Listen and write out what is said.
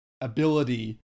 ability